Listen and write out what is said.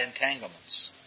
entanglements